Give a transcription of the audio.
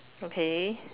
okay